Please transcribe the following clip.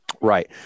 Right